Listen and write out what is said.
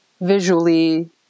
visually